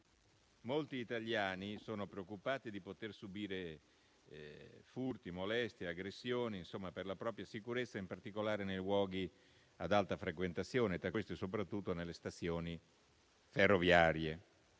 molti italiani sono preoccupati di poter subire furti, molestie o aggressioni, per la propria sicurezza, in particolare nei luoghi ad alta frequentazione, e tra questi, soprattutto, nelle stazioni ferroviarie.